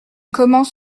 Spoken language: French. commence